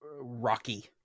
rocky